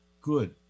good